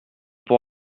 pour